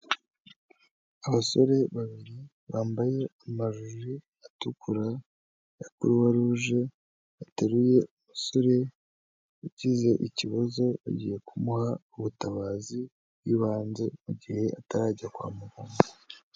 Abasore babiri bambaye amajiri atukura ya croix rouge yateruye umusore ugize ikibazo bagiye kumuha ubutabazi bw'ibanze mu gihe atarajya kwa mu...